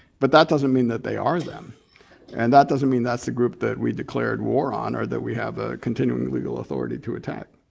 but that doesn't mean that they are them and that doesn't mean that's the group that we declared war on or that we have a continuing legal authority to attack.